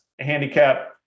handicap